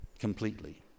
Completely